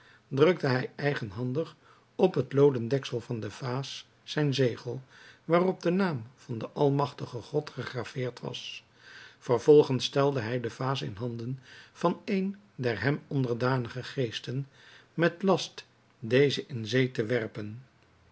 drukte hij eigenhandig op het looden deksel van de vaas zijn zegel waarop de naam van den almagtigen god gegraveerd was vervolgens stelde hij de vaas in handen van een der hem onderdanige geesten met last deze in zee te werpen